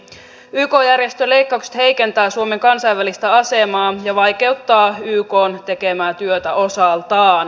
yk järjestöleikkaukset heikentävät suomen kansainvälistä asemaa ja vaikeuttavat ykn tekemää työtä osaltaan